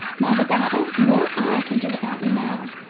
neither baba nor i can do without you now.